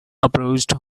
approached